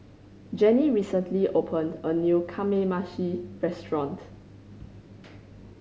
Gennie recently opened a new Kamameshi Restaurant